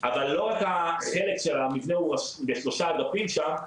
אבל לא רק החלק של המבנה הוא בשלושה אגפים שם,